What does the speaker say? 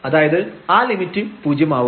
അതായത് ആ ലിമിറ്റ് 0 ആവും